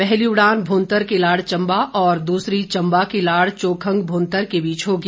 पहली उड़ान भुंतर किलाड़ चंबा और दूसरी चंबा किलाड़ चोखंग भुंतर के बीच होगी